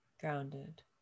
grounded